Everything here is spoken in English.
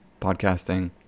podcasting